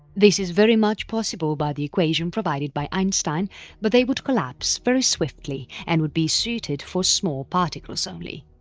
this is very much possible by the equation provided by einstein but they would collapse very swiftly and would be suited for small particles only.